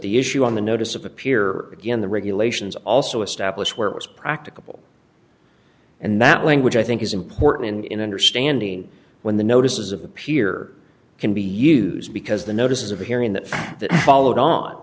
the issue on the notice of appear again the regulations also establish where as practicable and that language i think is important and in understanding when the notices of appear can be used because the notice of hearing that followed on